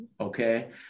Okay